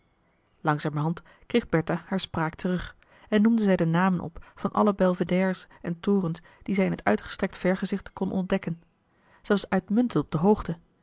langzamerhand kreeg bertha haar spraak terug en noemde zij de namen op van alle belvédères en torens die zij in het uitgestrekt vergezicht konden ontdekken zij was uitmuntend op de hoogte